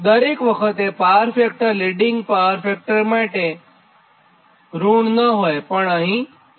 તો દરેક વખતે power factor leading power factor માટે ઋણ ન હોયપણ અહિં છે